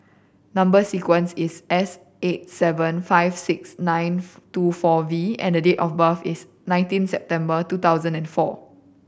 number sequence is S eight seven five six nine two four V and date of birth is nineteen September two thousand and four